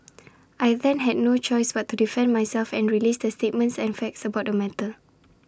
I then had no choice but to defend myself and release the statements and facts about the matter